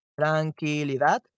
Tranquilidad